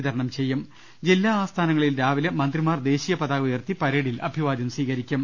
രുട്ട്ട്ടറിട്ടുണ്ട ജില്ലാ ആസ്ഥാനങ്ങളിൽ രാവിലെ മന്ത്രിമാർ ദേശീയപതാക ഉയർത്തി പരേഡിൽ അഭിവാദ്യം സ്വീകരിക്കും